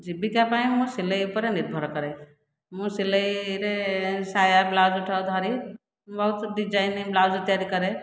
ଜୀବିକା ପାଇଁ ମୁଁ ସିଲେଇ ଉପରେ ନିର୍ଭର କରେ ମୁଁ ସିଲେଇରେ ସାୟା ବ୍ଲାଉଜଠୁ ଧରି ବହୁତ ଡିଜାଇନ୍ ବ୍ଲାଉଜ ତିଆରି କରେ